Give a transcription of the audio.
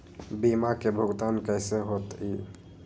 बीमा के भुगतान कैसे होतइ?